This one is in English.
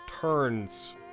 turns